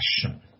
question